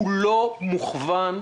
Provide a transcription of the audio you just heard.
כולו מוכוון,